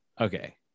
Okay